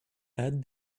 add